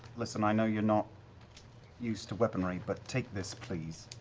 listen, i know you're not used to weaponry, but take this, please.